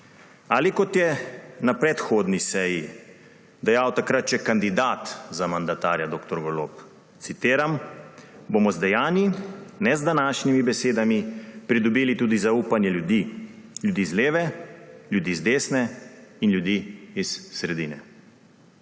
Ali kot je na predhodni seji dejal takrat še kandidat za mandatarja dr. Golob, citiram, »bomo z dejanji, ne z današnjimi besedami, pridobili tudi zaupanje ljudi, ljudi z leve, ljudi z desne in ljudi s sredine«.